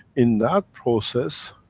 in that process,